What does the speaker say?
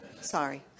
Sorry